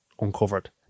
uncovered